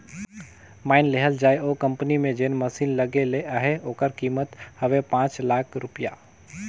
माएन लेहल जाए ओ कंपनी में जेन मसीन लगे ले अहे ओकर कीमेत हवे पाच लाख रूपिया